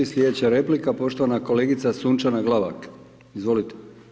Slijedeća replika, poštovana kolegica Sunčana Glavak, izvolite.